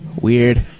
Weird